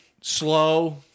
slow